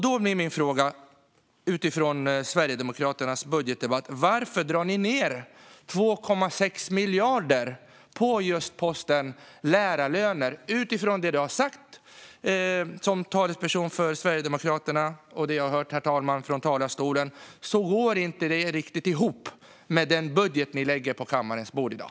Då blir min fråga till Patrick Reslow utifrån Sverigedemokraternas budget: Varför drar ni ned med 2,6 miljarder på posten lärarlöner? Det jag har hört av Sverigedemokraternas talesperson från talarstolen, herr talman, går inte direkt ihop med den budget Sverigedemokraterna lägger på kammarens bord i dag.